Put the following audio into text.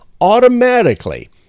Automatically